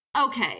Okay